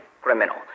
criminal